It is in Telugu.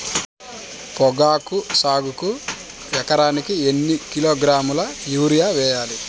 పొగాకు సాగుకు ఎకరానికి ఎన్ని కిలోగ్రాముల యూరియా వేయాలి?